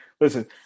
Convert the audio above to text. Listen